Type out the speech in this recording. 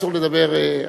אסור לדבר.